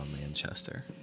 manchester